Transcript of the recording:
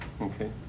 okay